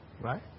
right